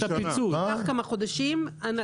זה ייקח כמה חודשים.